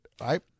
right